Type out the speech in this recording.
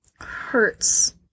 Hurts